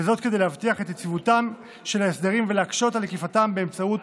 וזאת כדי להבטיח את יציבותם של ההסדרים ולהקשות על עקיפתם באמצעות